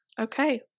Okay